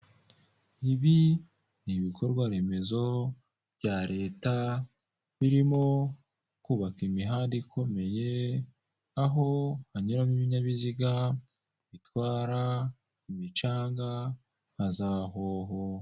Icyapa kiriho amafoto atatu magufi y'abagabo babiri uwitwa KABUGA n 'uwitwa BIZIMANA bashakishwa kubera icyaha cya jenoside yakorewe abatutsi mu Rwanda.